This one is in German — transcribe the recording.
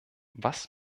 was